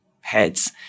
heads